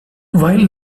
while